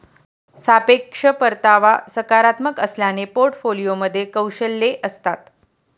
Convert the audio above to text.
सापेक्ष परतावा सकारात्मक असल्याने पोर्टफोलिओमध्ये कौशल्ये असतात